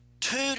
two